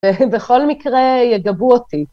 ובכל מקרה יגבו אותי.